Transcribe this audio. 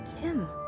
Kim